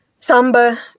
Samba